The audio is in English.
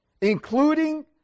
including